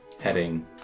heading